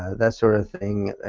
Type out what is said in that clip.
that sort of thing.